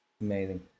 Amazing